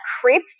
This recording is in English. creep